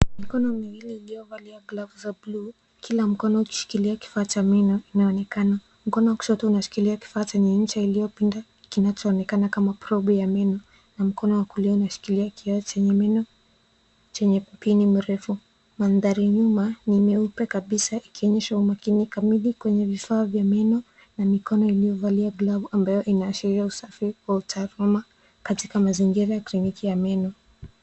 Mikono miwili iliyovalia glavu za blue kila mkono ikishikilia kifaa cha meno inaonekana. Mkono wa kushoto unashikilia kifaa chenye ncha iliyopinda kinachoonekana kama probu ya meno na mkono wa kulia umeshikilia kioo chenye meno chenye mpini mrefu. Mandhari nyuma ni meupe kabisa ikionyesha umakini kamili kwenye vifaa vya meno na mikono iliyovalia glavu ambayo inaashiria usafiri wa utaaluma katika mazingira ya kitengenezea meno.